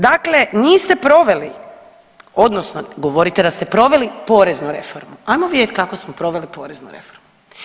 Dakle, niste proveli odnosno govorite da ste proveli poreznu reformu, ajmo vidjet kako smo proveli poreznu reformu.